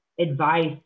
advice